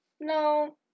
No